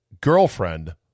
girlfriend